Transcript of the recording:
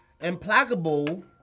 implacable